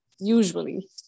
usually